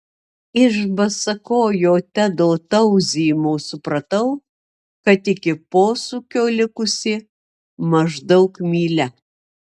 iš basakojo tedo tauzijimo supratau kad iki posūkio likusi maždaug mylia